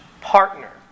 partner